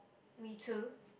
me too